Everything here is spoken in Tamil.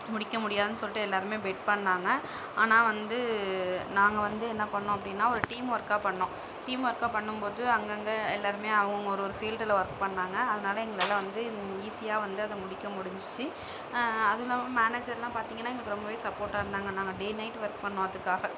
முடிக்க முடியாதுன்னு சொல்லிட்டு எல்லாருமே பெட் பண்ணாங்கள் ஆனால் வந்து நாங்கள் வந்து என்ன பண்ணோம் அப்படின்னா ஒரு டீம் ஒர்க்காக பண்ணோம் டீம் ஒர்க்காக பண்ணும்போது அங்கங்க எல்லாருமே அவங்கவுங்க ஒரு ஒரு ஃபீல்டில் ஒர்க் பண்ணாங்கள் அதனால எங்களால் வந்து ஈஸியாக வந்து அதை முடிக்க முடிஞ்சிச்சு அதுவும் இல்லாமல் மேனேஜர்லாம் பார்த்திங்கன்னா எங்களுக்கு ரொம்பவே சப்போர்ட்டாக இருந்தாங்கள் நாங்கள் டே நைட் ஒர்க் பண்ணோம் அதுக்காக